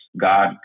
God